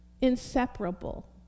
Inseparable